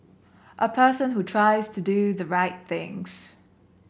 a person who tries to do the right things